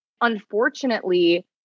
Unfortunately